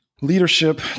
leadership